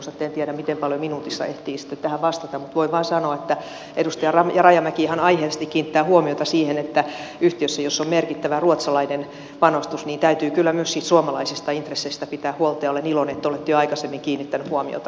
en tiedä miten paljon minuutissa ehtii tähän vastata mutta voin vain sanoa että edustaja rajamäki ihan aiheellisesti kiinnittää huomiota siihen että yhtiössä jossa on merkittävä ruotsalainen panostus täytyy kyllä myös sitten suomalaisista intresseistä pitää huolta ja olen iloinen että olette jo aikaisemmin kiinnittänyt huomiotani tähän kysymykseen